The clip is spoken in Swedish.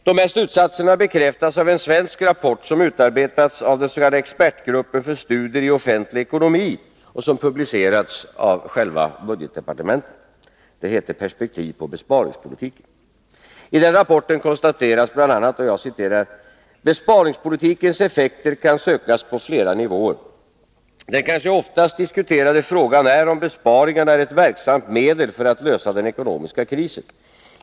De här slutsatserna bekräftas av en svensk rapport som utarbetats av den s.k. expertgruppen för studier i offentlig ekonomi och som publicerats av själva budgetdepartementet. I denna rapport, som heter Perspektiv på besparingspolitiken, konstateras bl.a.: ”Besparingspolitikens effekter kan sökas på flera nivåer. Den kanske oftast diskuterade frågan är om besparingarna är ett verksamt medel för att lösa den ekonomiska krisen.